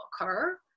occur